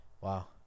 Wow